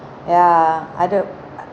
ya other